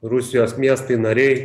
rusijos miestai nariai